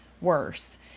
worse